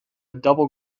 double